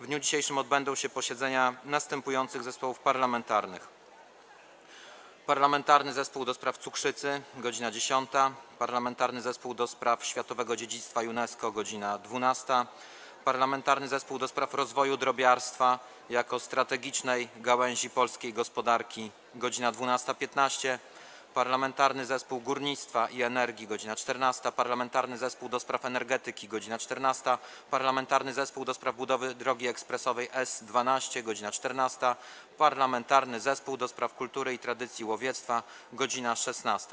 W dniu dzisiejszym odbędą się posiedzenia następujących zespołów parlamentarnych: - Parlamentarnego Zespołu ds. cukrzycy - godz. 10, - Parlamentarnego Zespołu ds. Światowego Dziedzictwa UNESCO - godz. 12, - Parlamentarnego Zespołu ds. rozwoju drobiarstwa jako strategicznej gałęzi polskiej gospodarki - godz. 12.15, - Parlamentarnego Zespołu Górnictwa i Energii - godz. 14, - Parlamentarnego Zespołu ds. Energetyki - godz. 14, - Parlamentarnego Zespołu ds. budowy drogi ekspresowej S12 - godz. 14, - Parlamentarnego Zespołu ds. Kultury i Tradycji Łowiectwa - godz. 16.